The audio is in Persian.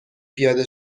پیاده